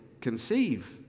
conceive